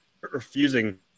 refusing